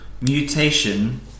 mutation